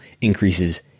increases